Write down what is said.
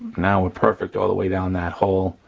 now we're perfect all the way down that hole,